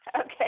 Okay